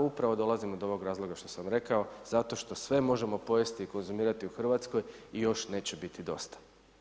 Upravo dolazimo do ovog razloga što sam rekao, zato što sve možemo pojesti i konzumirati u Hrvatskoj i još neće biti dosta.